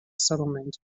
settlement